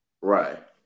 Right